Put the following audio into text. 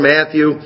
Matthew